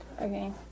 Okay